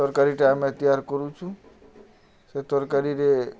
ତର୍କାରୀଟା ଆମେ ତିଆର୍ କରୁଛୁଁ ସେ ତର୍କାରୀରେ